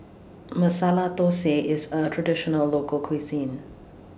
Masala Dosa IS A Traditional Local Cuisine